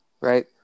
Right